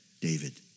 David